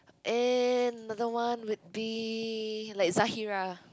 and another one would be like Zahirah